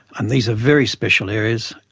and these are very special areas.